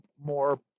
more